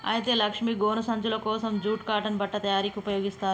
అయితే లక్ష్మీ గోను సంచులు కోసం జూట్ కాటన్ బట్ట తయారీకి ఉపయోగిస్తారు